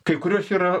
kai kurios yra